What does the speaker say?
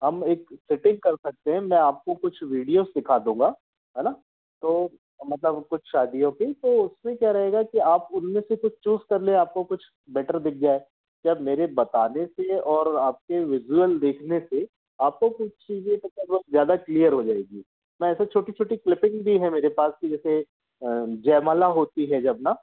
हम एक सेटिंग कर सकते हैं मैं आपको कुछ वीडियोज़ दिखा दूँगा है न तो मतलब कुछ शादियों की तो उसमें क्या रहेगा कि आप उनमें से कुछ चूज़ कर लें आपको कुछ बेटर दिख जाए या मेरे बताने से और आपके विज़ुअल देखने से आपको कुछ चीजें मतलब वो ज़्यादा क्लियर हो जाएगी मैं ऐसे छोटी छोटी क्लिपिंग भी हैं मेरे पास कि जैसे जयमाला होती है जब न